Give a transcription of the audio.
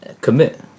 commit